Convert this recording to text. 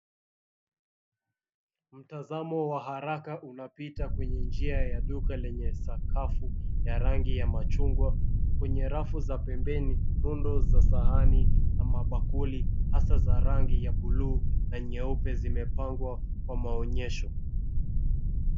Mtazamo wa haraka unapita kwenye njia ya duka lenye sakafu ya rangi ya machungwa. Kwenye rafu za pembeni rundo za sahani na mabakuli hasa za rangi ya buluu na nyeupe zimepangwa kwa maonyesho.